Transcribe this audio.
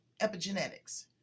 epigenetics